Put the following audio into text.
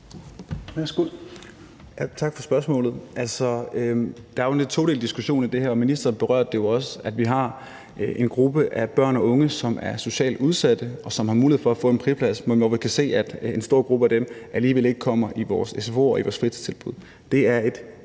Tak for spørgsmålet. Der er jo en todelt diskussion i det her. Ministeren berørte jo også, at vi har en gruppe af børn og unge, som er socialt udsatte, og som har mulighed for at få en friplads, men at man kan se, at en stor gruppe af dem alligevel ikke kommer i vores sfo'er og vores fritidstilbud.